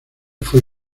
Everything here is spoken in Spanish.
fue